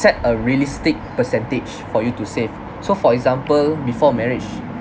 set a realistic percentage for you to save so for example before marriage